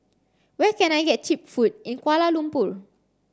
where can I get cheap food in Kuala Lumpur